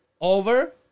over